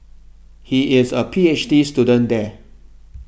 he is a P H D student there